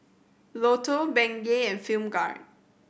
Lotto Bengay and Film Grade